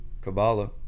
Kabbalah